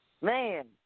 Man